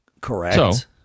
Correct